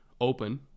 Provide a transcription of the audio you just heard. open